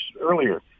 earlier